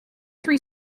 three